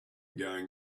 going